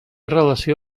relació